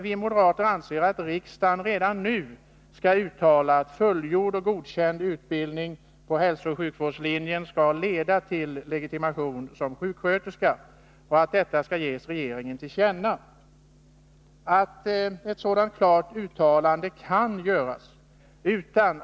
Vi moderater anser att riksdagen redan nu skall uttala att fullgjord och godkänd utbildning på hälsooch sjukvårdslinjen skall leda till legitimation som sjuksköterska och att detta skall ges regeringen till känna som riksdagens mening.